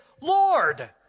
Lord